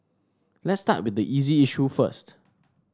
let's start with the easy issue first